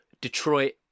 Detroit